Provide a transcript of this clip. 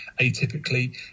atypically